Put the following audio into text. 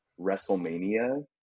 WrestleMania